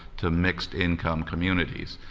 to mixed income communities,